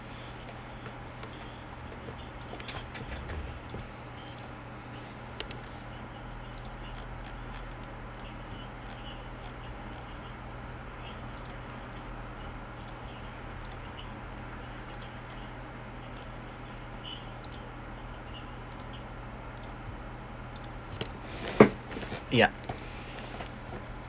ya